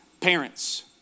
Parents